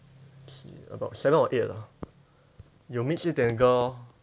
七 about seven or eight lah 有 mix 一点 girl lor